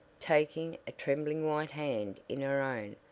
taking a trembling white hand in her own,